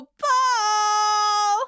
ball